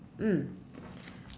mm